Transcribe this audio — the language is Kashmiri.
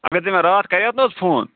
اگر ژےٚ مےٚ راتھ کَریایتھ نہٕ حظ فون